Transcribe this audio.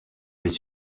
cyari